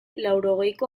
laurogeiko